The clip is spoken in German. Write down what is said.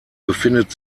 befindet